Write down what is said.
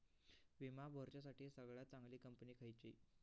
विमा भरुच्यासाठी सगळयात चागंली कंपनी खयची?